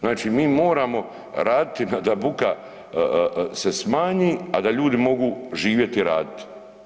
Znači, mi moramo raditi da buka se smanji, a da ljudi mogu živjeti i raditi.